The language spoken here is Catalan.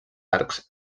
arcs